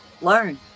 learn